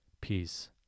peace